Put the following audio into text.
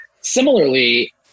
similarly –